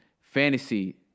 Fantasy